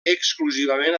exclusivament